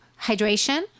hydration